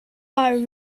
are